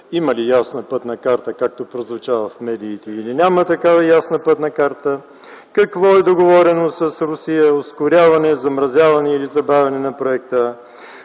Има ли ясна пътна карта, както прозвуча в медиите, или няма такава ясна пътна карта? Какво е договорено с Русия – ускоряване, замразяване или забавяне на проекта?